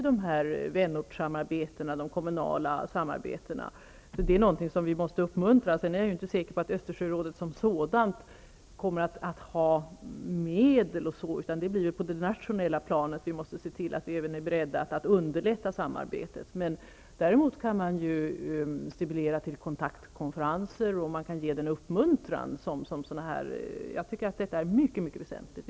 Det är någonting vi måste uppmuntra. Jag är dock inte säker på att Östersjörådet som sådant kommer att ha medel. Det blir på det nationella planet vi måste se till att vara beredda att underlätta samarbetet. Däremot kan man stimulera till kontakter, till konferenser och ge uppmuntran. Detta är mycket väsentligt.